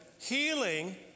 healing